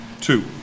Two